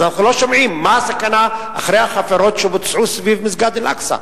אז אנחנו לא שומעים מה הסכנה אחרי החפירות שבוצעו סביב מסגד אל-אקצא.